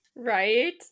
right